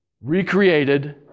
Recreated